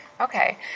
Okay